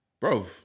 bro